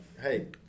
hey